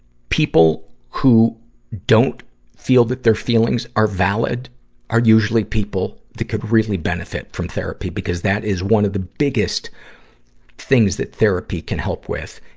people who don't feel their feelings are valid are usually people that could really benefit from therapy, because that is one of the biggest things that therapy can help with,